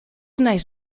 naiz